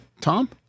Tom